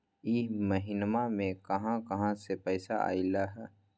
इह महिनमा मे कहा कहा से पैसा आईल ह?